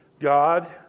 God